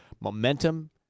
momentum